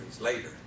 later